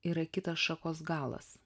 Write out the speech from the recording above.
yra kitas šakos galas